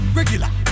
Regular